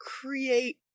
create